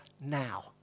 now